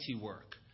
work